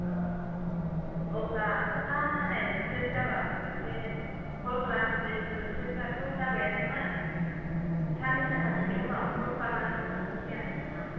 अ अब्ला अखा हानाय बोथोर जाबा खनसे कल खालामफिनसै बोथोराथ' जाबायानो मोन साननै सान्थामसोनि उनाव कल खालामना सोंहरफिनसै आं नोंथांनाव